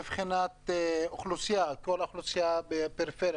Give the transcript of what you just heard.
מבחינת האוכלוסייה בפריפריה,